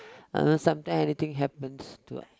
unless some time anything happens to